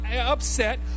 upset